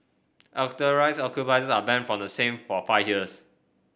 authorised occupiers are banned from the same for five years